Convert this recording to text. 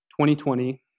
2020